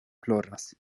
ploras